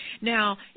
Now